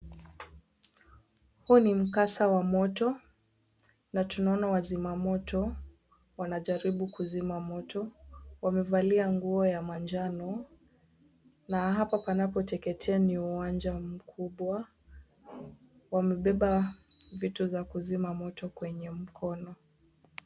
Huu ni mkasa wa moto na tunaona wazima moto wanajaribu kuzima moto. Wamevalia nguo ya manjano na hapa panapoteketea ni uwanja mkubwa. Wamebeba vitu za kuzima moto kwenye mkono.